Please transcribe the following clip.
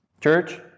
Church